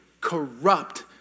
corrupt